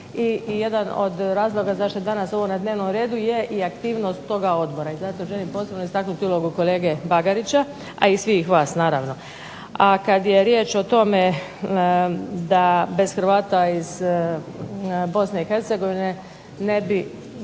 i jedan od razloga zašto je danas ovo na dnevnom redu je i aktivnost toga odbora. I zato želim posebno istaknuti ulogu kolega Bagarića, a i svih vas naravno. A kada je riječ o tome da bez Hrvata iz BiH usuđujem se reći